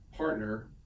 partner